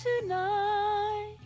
tonight